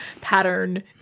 pattern